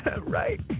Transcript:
Right